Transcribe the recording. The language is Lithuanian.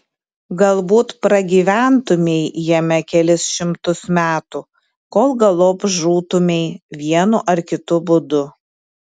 galbūt pragyventumei jame kelis šimtus metų kol galop žūtumei vienu ar kitu būdu